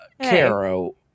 Caro